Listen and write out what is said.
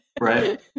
Right